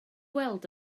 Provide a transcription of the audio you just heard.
weld